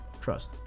trust